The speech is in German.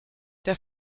der